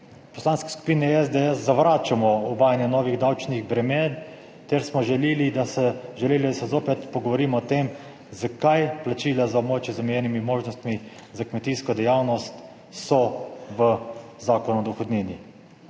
Poslanski skupini SDS zavračamo uvajanje novih davčnih bremen ter smo želeli, da se zopet pogovorimo o tem, zakaj plačila za območja z omejenimi možnostmi za kmetijsko dejavnost so v Zakonu o dohodnini.